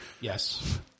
Yes